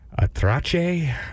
Atrache